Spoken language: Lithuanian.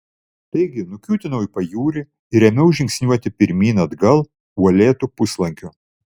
taigi nukiūtinau į pajūrį ir ėmiau žingsniuoti pirmyn atgal uolėtu puslankiu